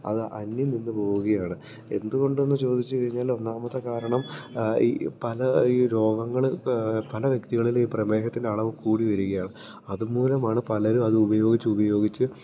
അത് അന്യം നിന്നുപോകുകയാണ് എന്തുകൊണ്ടെന്ന് ചോദിച്ചുകഴിഞ്ഞാൽ ഒന്നാമത്തെ കാരണം ഈ പല ഈ രോഗങ്ങള് പല വ്യക്തികളില് ഈ പ്രമേഹത്തിൻ്റെ അളവ് കൂടിവരികയാണ് അത് മൂലമാണ് പലരും അത് ഉപയോഗിച്ച് ഉപയോഗിച്ച്